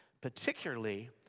particularly